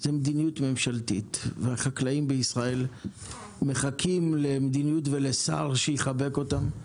זו מדיניות ממשלתית והחקלאים בישראל מחכים למדיניות ולשר שיחבק אותם.